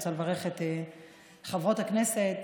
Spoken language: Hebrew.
אני רוצה לברך את חברות וחברי הכנסת